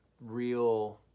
real